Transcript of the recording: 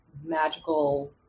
magical